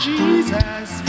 Jesus